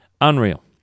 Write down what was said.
Unreal